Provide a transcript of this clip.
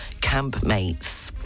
campmates